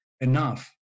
enough